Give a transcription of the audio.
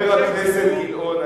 חבר הכנסת גילאון,